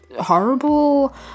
horrible